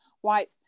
White